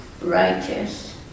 righteous